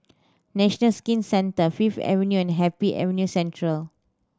National Skin Centre Fifth Avenue and Happy Avenue Central